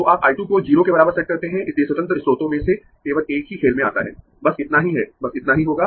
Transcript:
तो आप I 2 को 0 के बराबर सेट करते है इसलिए स्वतंत्र स्रोतों में से केवल एक ही खेल में आता है बस इतना ही है बस इतना ही होगा